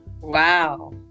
wow